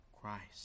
Christ